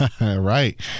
Right